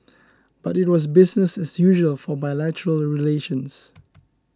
but it was business as usual for bilateral relations